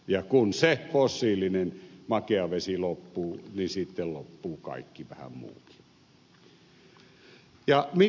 ja kun se fossiilinen makea vesi loppuu niin sitten loppuu vähän kaikki muukin